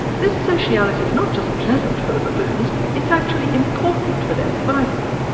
this sociality is not just pleasant for the baboons, it's actually important for their survival.